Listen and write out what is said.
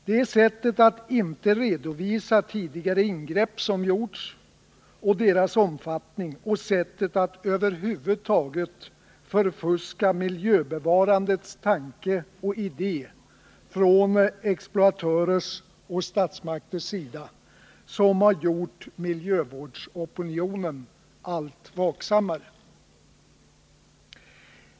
Det är sättet att inte redovisa tidigare ingrepp och deras omfattning, sättet att över huvud taget från exploatörers och statsmakters sida förfuska miljöbevarandets tanke och idé, som har gjort miljövårdsopinionen allt vaksammare.